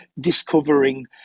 discovering